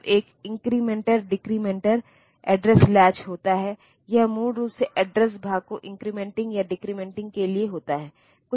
तब एक incrementer decrementer address latch होता है यह मूल रूप से एड्रेस भाग को इन्क्रिमेंटिंग या डीक्रिमेंटिंग के लिए होता है